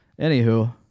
Anywho